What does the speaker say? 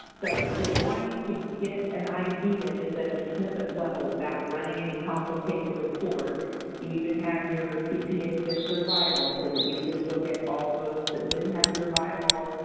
so, if you're wanting to get an idea just at a snippet level without running any complicated report, you even have your cpa's and survival so that you can look at all those that didn't have survival,